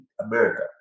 America